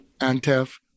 Antef